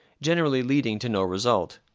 generally leading to no result.